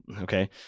okay